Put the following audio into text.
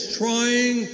trying